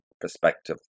perspective